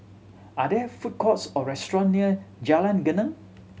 are there food courts or restaurant near Jalan Geneng